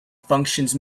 functions